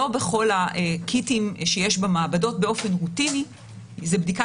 לא בכל הקיטים שיש במעבדות באופן רוטיני זו בדיקה